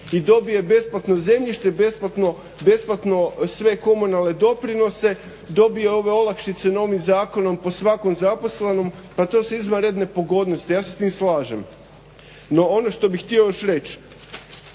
i dobio je besplatno zemljište i besplatno sve komunalne doprinose, dobio je ove olakšice novim zakonom po svakom zaposlenom. Pa to su izvanredne pogodnosti ja se s tim slažem. No ono što bi htio još reći